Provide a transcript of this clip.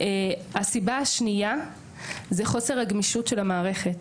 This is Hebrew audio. הסיבה השנייה היא חוסר הגמישות של המערכת,